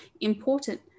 important